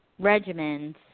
regimens